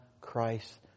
Christ